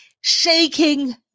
shaking